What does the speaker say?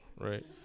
right